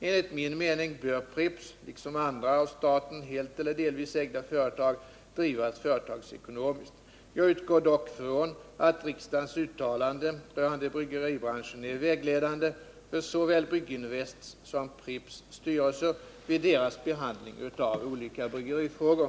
Enligt min mening bör Pripps liksom andra av staten helt eller delvis ägda företag drivas företagsekonomiskt. Jag utgår dock från att riksdagens uttalande rörande bryggeribranschen är vägledande för såväl Brygginvests som Pripps styrelser vid deras behandling av olika bryggerifrågor.